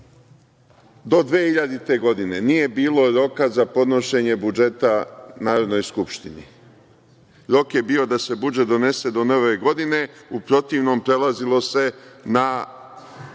do 2000. godine nije bilo roka za podnošenje budžeta Narodnoj skupštini. Rok je bio da se budžet donese do nove godine, u protivnom prelazilo se na